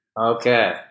Okay